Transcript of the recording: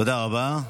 תודה רבה.